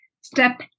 step